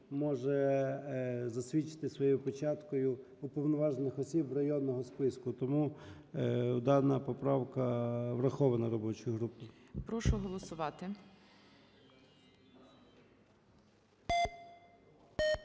може засвідчити своєю печаткою уповноважених осіб районного списку. Тому дана поправка врахована робочою групою.